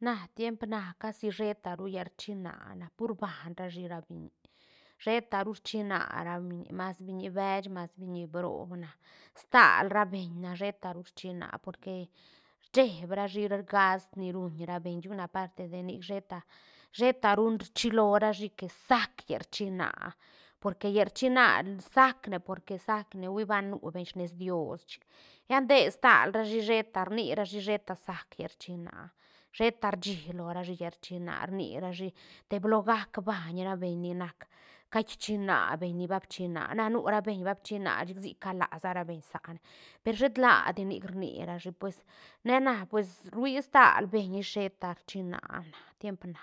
Na tiemp na ca si sheta ru llal rchïna na pur rban rashi ra biñi sheta ru rchina ra biñi mas biñi beech mas biñi broob na stal ra beñ na sheta ru rchïna porque rcheeb rashi gast ni ruuñ ra beñ chic ru na aparte de nic sheta- sheta ru rchilo rashi que sac llal rchïna porque llal rchïna sac ne porque sac ne huí ba nu beñ she nes dios chic lla nde stal rashi sheta rni rashi sheta sac llal rchïna sheta rchí lo rashi llal rchïna rni rashi teblo gac baiñ ra beñ ni nac caí rchïna beiñ ni ba bchïna na nu ra beñ ba bchïna chic sic cala sa ra beñ sane per shet ladi nic rni rashi pues ne na pues ruía stal beñ ish sheta rchïna na tiemp na